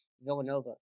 Villanova